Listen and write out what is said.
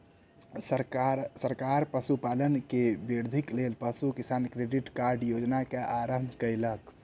सरकार पशुपालन में वृद्धिक लेल पशु किसान क्रेडिट कार्ड योजना के आरम्भ कयलक